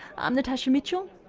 i'm natasha mitchell,